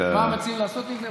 מה מציעים לעשות עם זה?